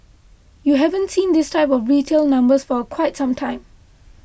you haven't seen this type of retail numbers for quite some time